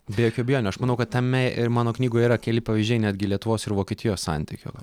be jokių abejonių aš manau kad tame ir mano knygoje yra keli pavyzdžiai netgi lietuvos ir vokietijos santykio